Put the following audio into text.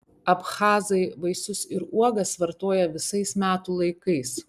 abchazai vaisius ir uogas vartoja visais metų laikais